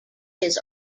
his